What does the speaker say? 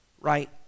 right